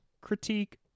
critique